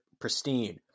pristine